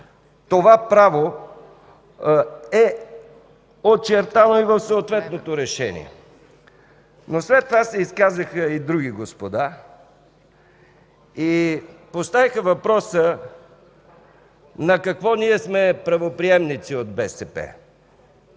Това право е очертано в съответното Решение, но след това се изказаха и други господа и поставиха въпроса: на какво ние сме правоприемници, от БСП?